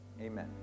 Amen